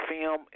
film